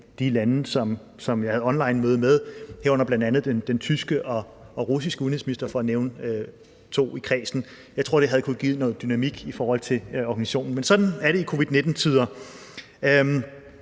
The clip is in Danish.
de lande, som jeg havde onlinemøde med, herunder bl.a. den tyske og den russiske udenrigsminister, for at nævne to i kredsen. Jeg tror, det havde kunnet give noget dynamik i forhold til organisationen. Men sådan er det i covid-19-tider.